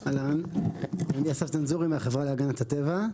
אהלן, אני אסף זנזורי מהחברה להגנת הטבע.